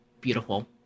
beautiful